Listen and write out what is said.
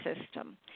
system